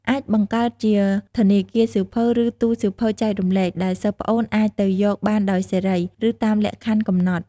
អាចបង្កើតជា ធនាគារសៀវភៅ ឬ ទូរសៀវភៅចែករំលែក ដែលសិស្សប្អូនអាចទៅយកបានដោយសេរី ឬតាមលក្ខខណ្ឌកំណត់។